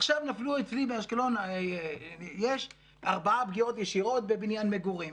עכשיו באשקלון יש ארבע פגיעות ישירות בבניין מגורים.